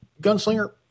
Gunslinger